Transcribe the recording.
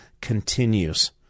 continues